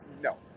No